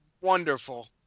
wonderful